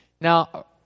Now